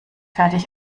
fertig